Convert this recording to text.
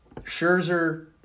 Scherzer